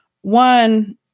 one